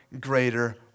greater